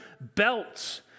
belts